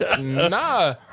Nah